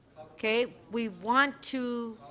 okay. we want to